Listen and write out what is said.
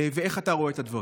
איך אתה רואה את הדברים?